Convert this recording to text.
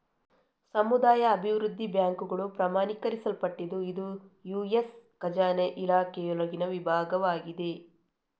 ಸಮುದಾಯ ಅಭಿವೃದ್ಧಿ ಬ್ಯಾಂಕುಗಳು ಪ್ರಮಾಣೀಕರಿಸಲ್ಪಟ್ಟಿದ್ದು ಇದು ಯು.ಎಸ್ ಖಜಾನೆ ಇಲಾಖೆಯೊಳಗಿನ ವಿಭಾಗವಾಗಿದೆ